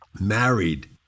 married